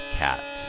cat